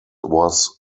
was